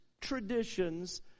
traditions